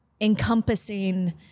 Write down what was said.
encompassing